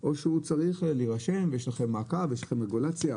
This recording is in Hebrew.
או שהוא צריך להירשם ויש לכם מעקב ורגולציה?